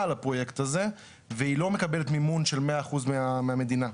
לפרויקט הזה והיא לא מקבלת מימון של 100% מהמדינה.